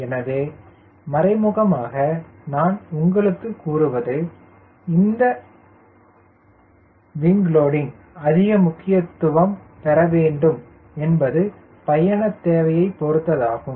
எனவே மறைமுகமாக நான் உங்களுக்கு கூறுவது எந்த விங் லோடிங் அதிக முக்கியத்துவம் பெறும் என்பது பயணத்தேவையை பொருத்ததாகும்